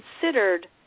considered